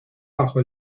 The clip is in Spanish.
bajo